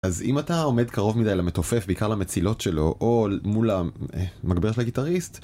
אז אם אתה עומד קרוב מדי למתופף, בעיקר למצילות שלו, או מול המגברת של גיטריסט